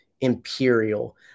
Imperial